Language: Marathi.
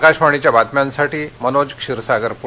आकाशवाणीच्या बातम्यांसाठी मनोज क्षीरसागर पुणे